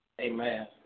Amen